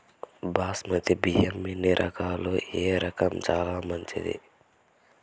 బాస్మతి బియ్యం ఎన్ని రకాలు, ఏ రకం చానా మంచిది?